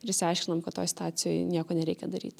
ir išsiaiškinam kad toj situacijoj nieko nereikia daryti